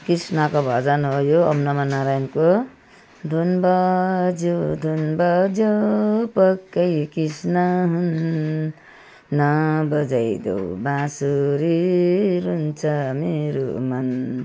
कृष्णको भजन हो यो ओम् नमो नारायणको धुन बज्यो धुन बज्यो पक्कै कृष्ण हुन् नबजाइदेऊ बाँसुरी रुन्छ मेरो मन